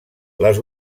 les